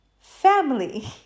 family